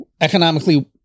economically